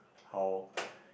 how